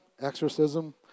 exorcism